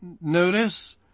notice